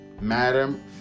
Madam